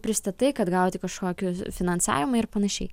pristatai kad gauti kažkokį finansavimą ir panašiai